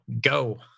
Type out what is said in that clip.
Go